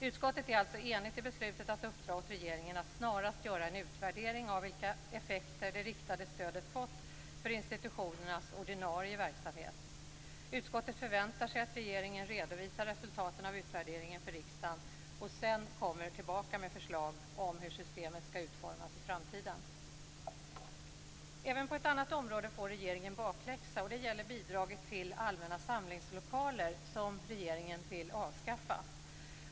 Utskottet är alltså enigt i beslutet att uppdra åt regeringen att snarast göra en utvärdering av vilka effekter det riktade stödet fått för institutionernas ordinarie verksamhet. Utskottet förväntar sig att regeringen redovisar resultaten av utvärderingen för riksdagen och sedan kommer tillbaka med förslag om hur systemet skall utformas i framtiden. Även på ett annat område får regeringen bakläxa, och det gäller bidraget till allmänna samlingslokaler som regeringen vill avskaffa.